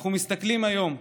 אנחנו מסתכלים היום,